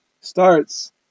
starts